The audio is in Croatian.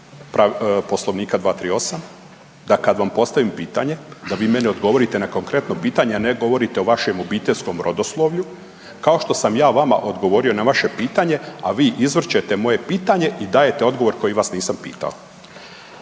Poslovnika 238., da kad vam postavim pitanje da vi meni odgovorite na konkretno pitanje, a ne govorite o vašem obiteljskom rodoslovlju kao što sam ja vama odgovorio na vaše pitanje, a vi izvrćete moje pitanje i dajete odgovor koji vas nisam pitao.